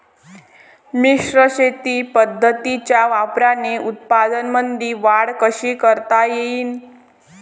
मिश्र शेती पद्धतीच्या वापराने उत्पन्नामंदी वाढ कशी करता येईन?